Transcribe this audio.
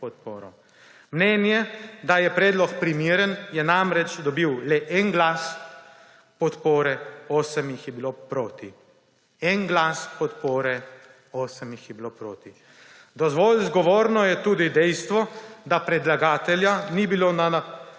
podporo! Mnenje, da je predlog primeren, je namreč dobil le en glas podpore, osem jih je bilo proti. En glas podpore, osem jih je bilo proti! Dovolj zgovorno je tudi dejstvo, da predlagatelja ni bilo na